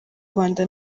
rwanda